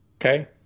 Okay